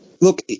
look